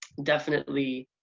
definitely.